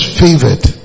favored